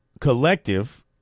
collective